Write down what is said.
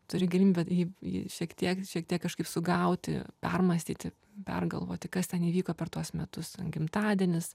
turi galimybę jį jį šiek tiek šiek tiek kažkaip sugauti permąstyti pergalvoti kas ten įvyko per tuos metus gimtadienis